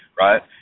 right